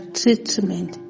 treatment